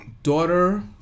daughter